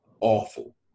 awful